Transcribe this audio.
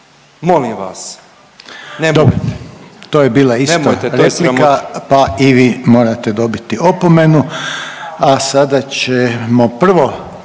Željko (HDZ)** Dobro to je bila isto replika pa i vi morate dobiti opomenu. A sada ćemo prvo